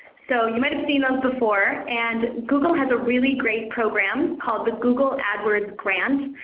so you might of seen those before. and google has a really great program called the google adwords grant.